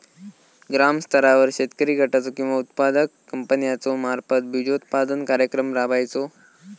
ग्रामस्तरावर शेतकरी गटाचो किंवा उत्पादक कंपन्याचो मार्फत बिजोत्पादन कार्यक्रम राबायचो?